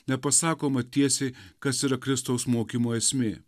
nepasakoma tiesiai kas yra kristaus mokymo esmė